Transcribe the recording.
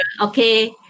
Okay